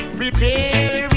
prepare